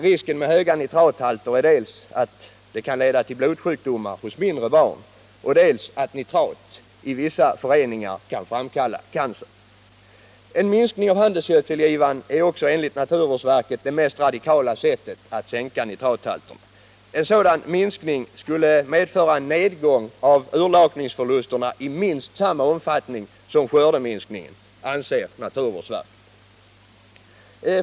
Risken med höga nitrathalter är dels att de kan leda till blodsjukdomar hos mindre barn, dels att nitrat i vissa föreningar kan framkalla cancer. En minskning av handelsgödselgivan är också enligt naturvårdsverket det mest radikala sättet att sänka nitrathalterna. En sådan minskning skulle medföra en nedgång av utlakningsförlusten i minst samma omfattning som skördeminskningen, anser naturvårdsverket.